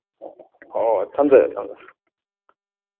ꯑꯣ ꯑꯣ ꯍꯣꯏ ꯍꯣꯏ ꯊꯝꯖꯔꯦ ꯊꯝꯖꯔꯦ